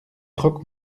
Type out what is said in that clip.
croque